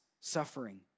suffering